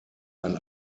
ein